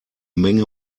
menge